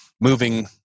moving